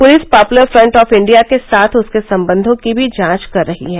police Popular Front of India के साथ उसके संबंधों की भी जांच कर रही है